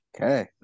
Okay